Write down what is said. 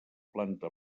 planta